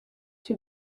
too